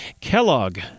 Kellogg